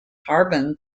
carbon